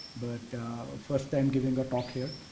but first time giving a talk here.